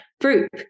group